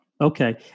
Okay